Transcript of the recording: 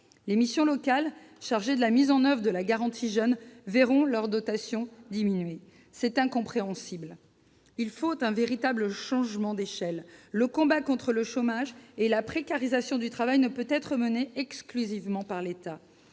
les missions locales chargées de la mise en oeuvre de la garantie jeunes verront leur dotation diminuer. C'est incompréhensible ! Il faut opérer un véritable changement d'échelle ! Le combat contre le chômage et la précarisation du travail ne peut être mené exclusivement par l'État